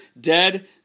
dead